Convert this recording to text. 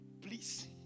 please